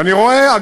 ואני רואה,